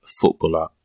footballer